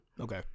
Okay